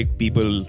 people